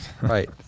Right